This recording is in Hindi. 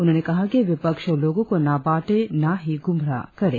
उन्होंने कहा कि विपक्ष लोगों को न बाटें न ही गुमराह करे